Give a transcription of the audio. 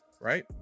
right